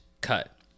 cut